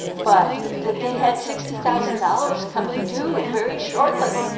but that they had sixty thousand dollars coming due very shortly. i